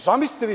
Zamislite vi to.